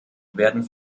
werden